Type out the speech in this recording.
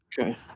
Okay